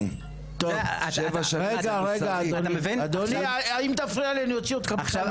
רגע, אדוני, אם תפריע לי אני אוציא אותך.